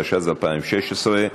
התשע"ז 2016,